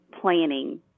planning